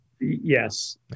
Yes